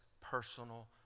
personal